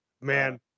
man